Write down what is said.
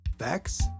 Facts